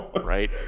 Right